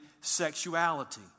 sexuality